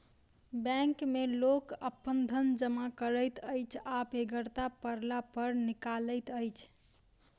bank मे लोक अपन धन जमा करैत अछि आ बेगरता पड़ला पर निकालैत अछि